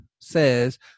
says